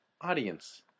Audience